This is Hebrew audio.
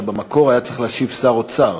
שבמקור היה צריך להשיב שר האוצר.